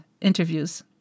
interviews